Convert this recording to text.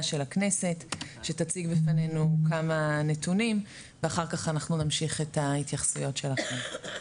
של הכנסת שתציג בפנינו כמה נתונים ואחר כך נמשיך את ההתייחסויות שלכם.